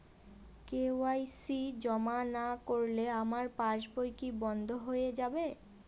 KYC জমা না করলে আমার পাসবই কি বন্ধ হয়ে যাবে?